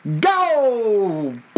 Go